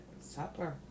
supper